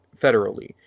federally